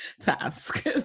task